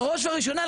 בראש ובראשונה,